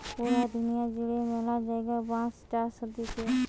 পুরা দুনিয়া জুড়ে ম্যালা জায়গায় বাঁশ চাষ হতিছে